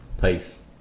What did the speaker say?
Peace